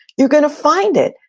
you're gonna find it.